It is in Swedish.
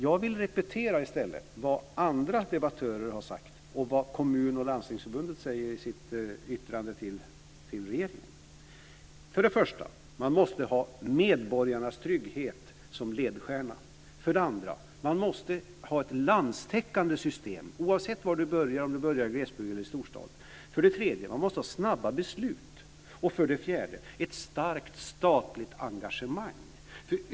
Jag vill i stället repetera vad andra debattörer har sagt och vad Kommun och Landstingsförbunden säger i sitt yttrande till regeringen: 1. Man måste ha medborgarnas trygghet som ledstjärna. 2. Man måste ha ett landstäckande system, oavsett var man börjar, i glesbygd eller storstad. 3. Man måste ha snabba beslut. 4. Man måste ha ett starkt statligt engagemang.